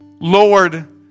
Lord